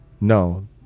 no